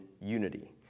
unity